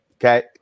Okay